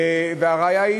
והראיה היא